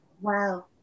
Wow